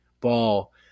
ball